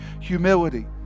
humility